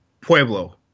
Pueblo